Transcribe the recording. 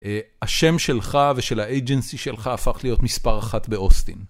השם שלך ושל האיג'נסי שלך הפך להיות מספר אחת באוסטין.